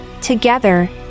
Together